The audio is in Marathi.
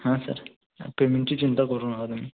हां सर हां पेमेंटची चिंता करू नका तुम्ही